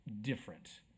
different